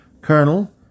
Colonel